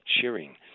cheering